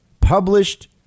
published